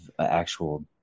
actual